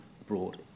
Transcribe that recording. abroad